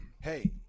hey